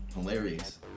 hilarious